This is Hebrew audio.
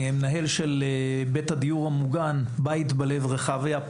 אני המנהל של בית הדיור המוגן, "בית בלב" רחביה.